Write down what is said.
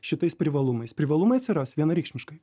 šitais privalumais privalumai atsiras vienareikšmiškai